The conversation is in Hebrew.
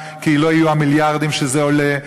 כי לא יהיו המיליארדים שזה עולה,